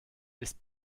ist